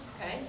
Okay